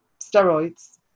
steroids